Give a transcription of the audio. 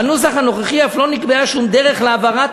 בנוסח הנוכחי אף לא נקבעה שום דרך להעברת